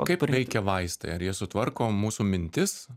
kaip veikia vaistai ar jie sutvarko mūsų mintis